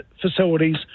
facilities